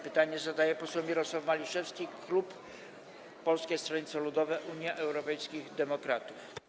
Pytanie zadaje poseł Mirosław Maliszewski, klub Polskiego Stronnictwa Ludowego - Unii Europejskich Demokratów.